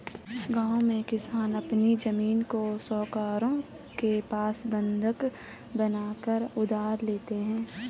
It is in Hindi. गांव में किसान अपनी जमीन को साहूकारों के पास बंधक बनाकर उधार लेते हैं